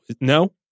No